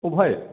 अबेयाव